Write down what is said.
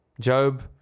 job